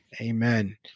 Amen